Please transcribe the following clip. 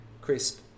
Crisp